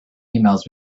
emails